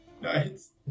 Nice